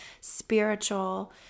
spiritual